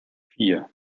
vier